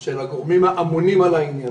של הגורמים האמונים על העניין.